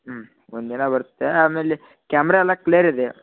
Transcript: ಹ್ಞೂ ಒಂದಿನ ಬರುತ್ತೆ ಆಮೇಲೆ ಕ್ಯಾಮ್ರಾ ಎಲ್ಲ ಕ್ಲಿಯರ್ ಇದೆಯ